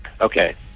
Okay